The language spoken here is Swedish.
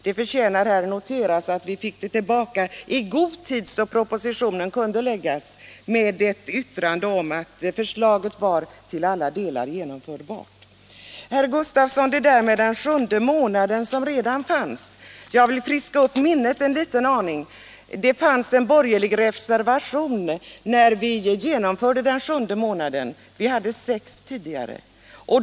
Det förtjänar att noteras att vi fick svar i god tid före framläggandet av propositionen med ett uttalande om att förslaget till alla delar var genomförbart. Jag vill, herr Gustavsson, beträffande den sjunde månaden som redan fanns friska upp minnet en aning. Det förelåg en borgerlig reservation när vi genomförde den sjunde månaden. Vi hade sex månader tidigare.